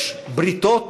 יש בריתות,